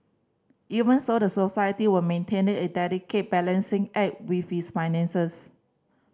even so the society were maintained a delicate balancing act with its finances